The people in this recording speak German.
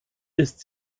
ist